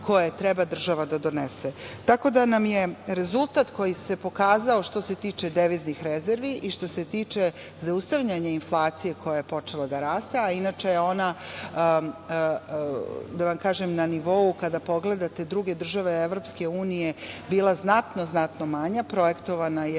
koje treba država da donese. Rezultat koji se pokazao što se tiče deviznih rezervi i što se tiče zaustavljanja inflacije koja je počela da raste, a inače je ona na nivou, kada pogledate druge države EU, bila znatno, znatno manja, projektovana na